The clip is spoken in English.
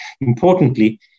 Importantly